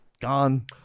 gone